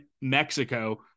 Mexico